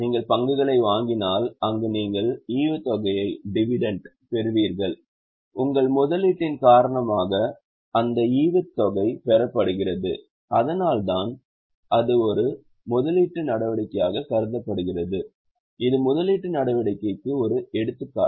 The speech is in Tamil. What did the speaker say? நீங்கள் பங்குகளை வாங்கினால் அங்கு நீங்கள் ஈவுத்தொகையைப் பெறுவீர்கள் உங்கள் முதலீட்டின் காரணமாக அந்த ஈவுத்தொகை பெறப்படுகிறது அதனால்தான் இது ஒரு முதலீட்டு நடவடிக்கையாக கருதப்படுகிறது இது முதலீட்டு நடவடிக்கைக்கு ஒரு எடுத்துக்காட்டு